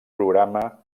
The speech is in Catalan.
programa